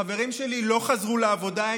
חברים שלי לא חזרו לעבודה,